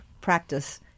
practice